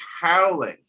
howling